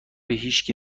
هیشکی